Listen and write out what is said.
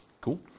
Cool